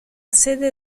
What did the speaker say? sede